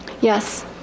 Yes